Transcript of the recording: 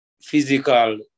physical